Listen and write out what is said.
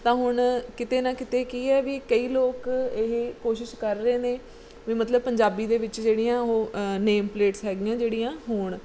ਤਾਂ ਹੁਣ ਕਿਤੇ ਨਾ ਕਿਤੇ ਕੀ ਆ ਵੀ ਕਈ ਲੋਕ ਇਹ ਕੋਸ਼ਿਸ਼ ਕਰ ਰਹੇ ਨੇ ਵੀ ਮਤਲਬ ਪੰਜਾਬੀ ਦੇ ਵਿੱਚ ਜਿਹੜੀਆਂ ਉਹ ਨੇਮ ਪਲੇਟਸ ਹੈਗੀਆਂ ਜਿਹੜੀਆਂ ਹੋਣ